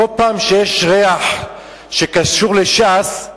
כל פעם שיש ריח שקשור לש"ס,